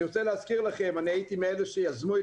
אני רוצה להזכיר לכם שאני הייתי מאלה שיזמו את